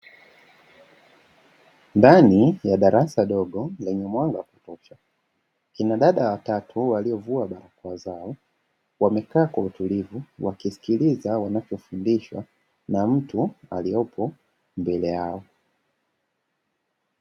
Ndani ya darasa dogo lenye mwanga wa kutosha, kina dada watatu waliovua barakoa zao, wamekaa Kwa utulivu wakisilikiliza vile wanavyofundishwa na mtu aliyepo mbele yao.